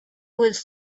was